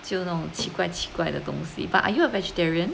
就那种奇怪奇怪的东西 but are you a vegetarian